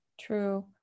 True